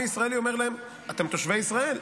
הישראלי אומר להם: אתם תושבי ישראל,